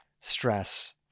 stress